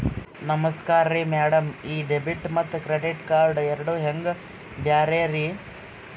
ನಮಸ್ಕಾರ್ರಿ ಮ್ಯಾಡಂ ಈ ಡೆಬಿಟ ಮತ್ತ ಕ್ರೆಡಿಟ್ ಕಾರ್ಡ್ ಎರಡೂ ಹೆಂಗ ಬ್ಯಾರೆ ರಿ?